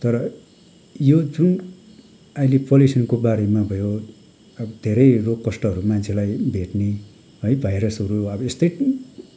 तर यो जुन अहिले पल्युसनको बारेमा भयो अब धेरै रोग कष्टहरू मान्छेलाई भेट्ने है भाइरसहरू अब यस्तै